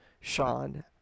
Sean